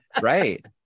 Right